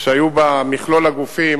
שהיו בה מכלול הגופים,